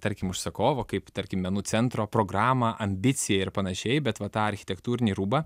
tarkim užsakovo kaip tarkim menų centro programą ambiciją ir panašiai bet va tą architektūrinį rūbą